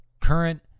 current